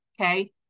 okay